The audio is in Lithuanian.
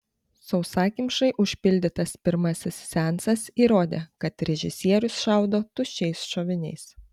sausakimšai užpildytas pirmasis seansas įrodė kad režisierius šaudo tuščiais šoviniais